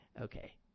Okay